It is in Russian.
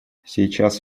сейчас